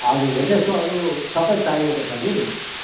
हजुर हो त्यस्तोहरू सबै चाहिएको छ कि